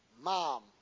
mom